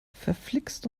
verflixt